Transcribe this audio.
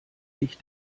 sich